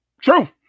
true